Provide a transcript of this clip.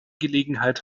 gelegenheit